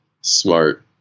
smart